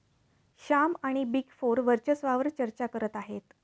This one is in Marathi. श्याम आणि बिग फोर वर्चस्वावार चर्चा करत आहेत